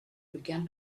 began